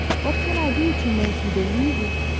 what can i do to make you believe it?